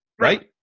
right